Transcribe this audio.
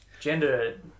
Gender